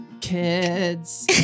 kids